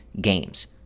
games